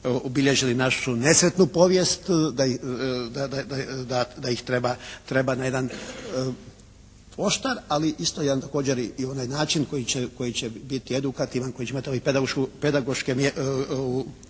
obilježili našu nesretnu povijesti da ih treba na jedan oštar, ali isto jedan također i onaj način koji će biti edukativan, koji će imati pedagošku